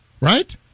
Right